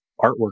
artwork